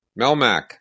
Melmac